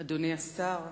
אדוני השר,